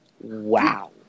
wow